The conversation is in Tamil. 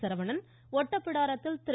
சரவணன் ஒட்டப்பிடாரத்தில் திரு